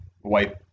white